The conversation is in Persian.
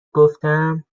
گفتم